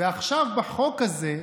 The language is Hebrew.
ועכשיו, בחוק הזה,